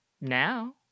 now